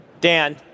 Dan